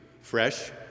fresh